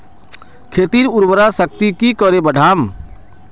खेतीर उर्वरा शक्ति की करे बढ़ाम?